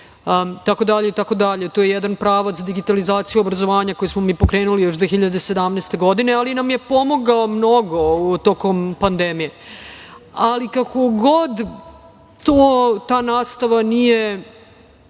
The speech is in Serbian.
olakšali malo itd. To je jedan pravac digitalizacije obrazovanja koji smo mi pokrenuli još 2017. godine, ali nam je pomogao mnogo tokom pandemije. Kako god, ta nastava se